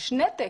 יש נתק.